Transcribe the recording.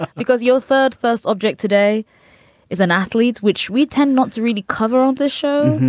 because your third first object today is an athlete, which we tend not to really cover on the show.